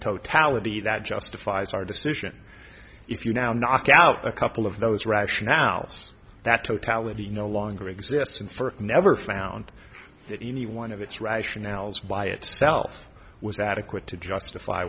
totality that justifies our decision if you now knock out a couple of those rationales that totality no longer exists and for never found that any one of its rationales by itself was adequate to justify